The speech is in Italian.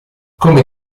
come